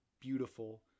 beautiful